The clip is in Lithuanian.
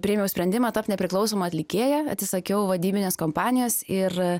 priėmiau sprendimą tapt nepriklausoma atlikėja atsisakiau vadybinės kompanijos ir